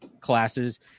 classes